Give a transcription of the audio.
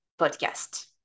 podcast